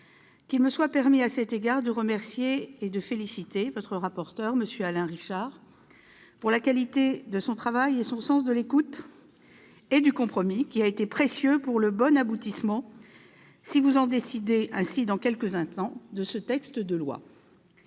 Qu'il me soit permis, à cet égard, de remercier et de féliciter votre rapporteur, M. Alain Richard, pour la qualité de son travail et son sens de l'écoute et du compromis, qui ont été précieux pour le bon aboutissement, si vous en décidez ainsi dans quelques instants, de ce texte. Je veux